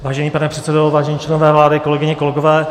Vážený pane předsedo, vážení členové vlády, kolegyně, kolegové.